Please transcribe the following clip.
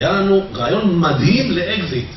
היה לנו רעיון מדהים לאקזיט